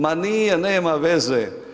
Ma nije nema veze.